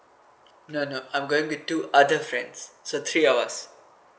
no no I'm going with two other friends so three of us